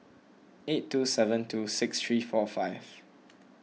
eight two seven two six three four five